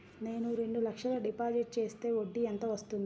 నేను రెండు లక్షల డిపాజిట్ చేస్తే వడ్డీ ఎంత వస్తుంది?